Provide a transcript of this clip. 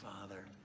Father